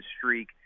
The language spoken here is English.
streak